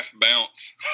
bounce